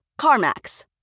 CarMax